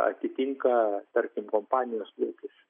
atitinka tarkim kompanijos lūkesčius